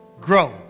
grow